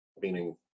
meaning